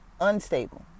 unstable